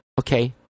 okay